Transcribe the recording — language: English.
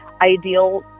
ideal